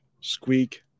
squeak